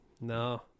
No